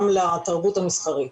גם לתרבות המסחרית.